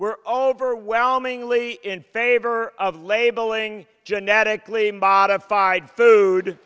were overwhelmingly in favor of labeling genetically modified food